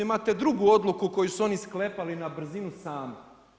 Imate drugu odluku koju su oni sklepali na brzinu sami.